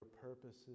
purposes